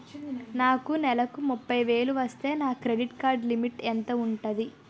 నాకు నెలకు ముప్పై వేలు వస్తే నా క్రెడిట్ కార్డ్ లిమిట్ ఎంత ఉంటాది?